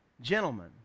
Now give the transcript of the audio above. gentlemen